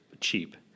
cheap